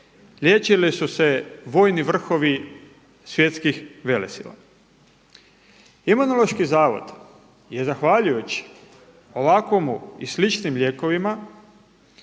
liječili su se vojni vrhovi svjetskih velesila. Imunološki zavod je zahvaljujući ovakvomu i sličnim lijekovima